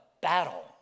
battle